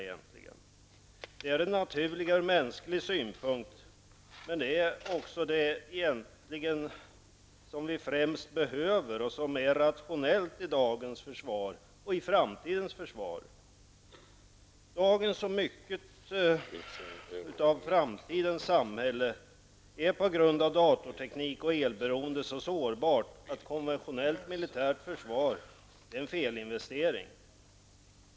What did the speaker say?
Den är ju det naturliga sett till människan. Men egentligen är det här det som vi främst behöver och som är rationellt i dagens försvar och som kommer att vara rationellt i framtidens försvar. Dagens samhälle är, och framtidens samhälle kommer i mångt och mycket att vara, så sårbart på grund av datateknik och elberoende att konventionellt försvar blir en felinvestering.